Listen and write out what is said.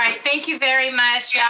thank you very much. yeah